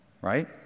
Right